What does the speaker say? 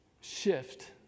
shift